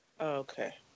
Okay